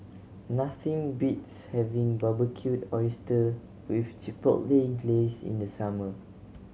nothing beats having Barbecued Oyster with Chipotle Glaze in the summer